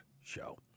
show